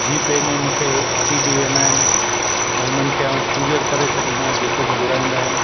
GPay में मूंखे अची बि वेंदा आहिनि त उन्हनि खे आऊं कुरियर करे छॾींदो आहियां जेको बि घुराईंदा आहिनि